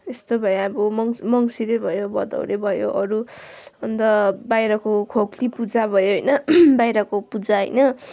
यस्तै भयो अब मङ् मङ्सिरे भयो भदौरे भयो अरू अन्त बाहिरको खो खोकली पूजा भयो होइन बाहिरको पूजा होइन